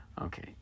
okay